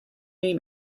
new